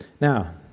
Now